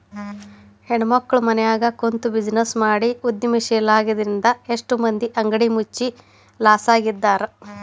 ಹೆಣ್ಮಕ್ಳು ಮನ್ಯಗ ಕುಂತ್ಬಿಜಿನೆಸ್ ಮಾಡಿ ಉದ್ಯಮಶೇಲ್ರಾಗಿದ್ರಿಂದಾ ಎಷ್ಟೋ ಮಂದಿ ಅಂಗಡಿ ಮುಚ್ಚಿ ಲಾಸ್ನ್ಯಗಿದ್ದಾರ